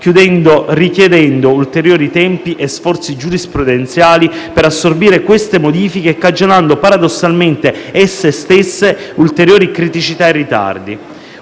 richiedendo ulteriori tempi e sforzi giurisprudenziali per assorbire le modifiche e, paradossalmente, cagionando esse stesse ulteriori criticità e ritardi.